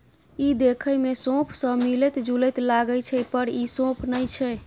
ई देखै मे सौंफ सं मिलैत जुलैत लागै छै, पर ई सौंफ नै छियै